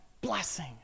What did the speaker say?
blessing